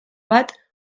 bat